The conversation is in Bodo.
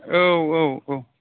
औ औ औ